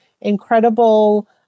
incredible